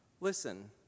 Listen